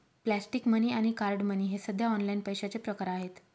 plastic money आणि card money हे सध्या ऑनलाइन पैशाचे प्रकार आहेत